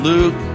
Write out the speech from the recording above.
Luke